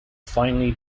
finally